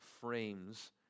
frames